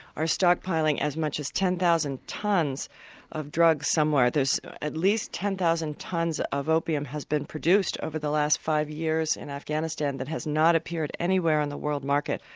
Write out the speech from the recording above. are stockpiling as much as ten thousand tonnes of drugs somewhere. there's at least ten thousand tonnes of opium has been produced over the last five years in afghanistan, but has not appeared anywhere on the world market.